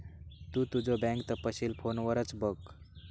तु तुझो बँक तपशील फोनवरच बघ